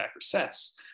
sets